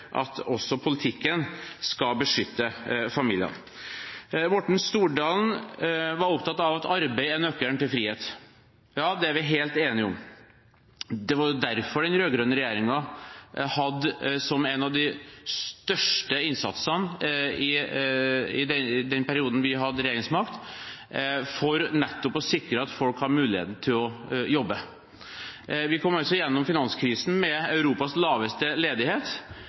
at også politikken skal beskytte familiene. Morten Stordalen var opptatt av at arbeid er nøkkelen til frihet. Ja, det er vi helt enige om. Det var derfor den rød-grønne regjeringen hadde som en av de største innsatsene i den perioden vi hadde regjeringsmakt, nettopp å sikre at folk hadde muligheten til å jobbe. Vi kom gjennom finanskrisen med Europas laveste ledighet.